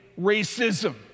racism